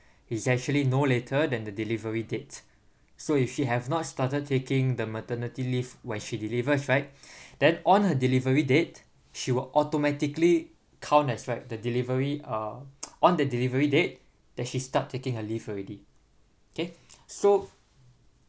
is actually no later than the delivery date so if she have not started taking the maternity leave when she delivers right then on her delivery date she will automatically count as right the delivery uh on the delivery date then she start taking her leave already okay so